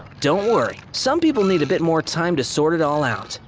don't worry, some people need a bit more time to sort it all out.